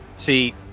See